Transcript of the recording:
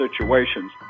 situations